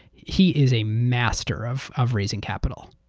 he is a master of of raising capital.